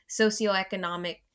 socioeconomic